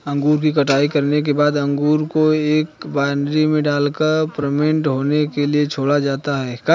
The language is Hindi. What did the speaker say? अंगूर की कटाई करने के बाद अंगूर को एक वायनरी में डालकर फर्मेंट होने के लिए छोड़ा जाता है